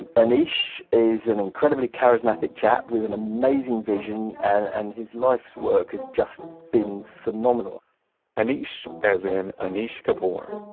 anish is an incredibly charismatic chap with an amazing vision and and his life's work has just been phenomenal anish as in anish kapoor,